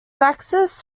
access